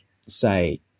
say